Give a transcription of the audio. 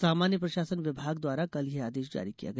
सामान्य प्रशासन विभाग द्वारा कल यह आदेश जारी किया गया